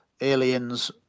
aliens